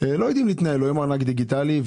ולא יודעים להתנהל עם ארנק דיגיטלי,